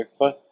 Bigfoot